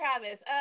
Travis